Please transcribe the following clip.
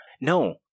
No